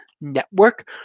Network